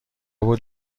بود